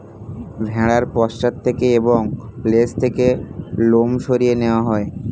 ভেড়ার পশ্চাৎ থেকে এবং লেজ থেকে লোম সরিয়ে নেওয়া হয়